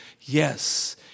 yes